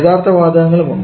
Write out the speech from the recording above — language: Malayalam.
യഥാർത്ഥ വാതകങ്ങളും ഉണ്ട്